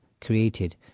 created